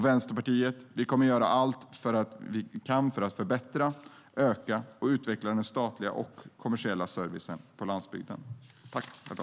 Vänsterpartiet kommer att göra allt vi kan för att förbättra, öka och utveckla den statliga och kommersiella servicen på landsbygden.